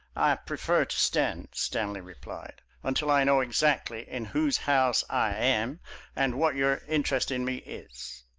i prefer to stand, stanley replied, until i know exactly in whose house i am and what your interest in me is.